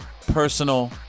personal